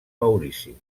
maurici